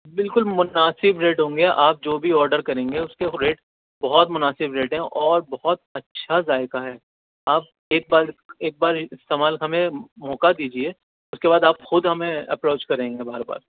بالکل مناسب ریٹ ہوں گے آپ جو بھی آڈر کریں گے اس کے ریٹ بہت مناسب ریٹ ہیں اور بہت اچھا ذائقہ ہے آپ ایک بار ایک بار استعمال ہمیں موقع دیجیے اس کے بعد آپ خود ہمیں اپروچ کریں گے بار بار